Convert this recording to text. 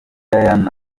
diane